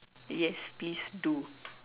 yes please do